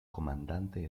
comandante